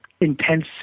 intense